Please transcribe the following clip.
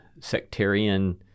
sectarian